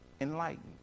enlightened